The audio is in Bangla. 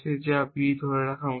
যা B ধরে থাকা উচিত